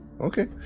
Okay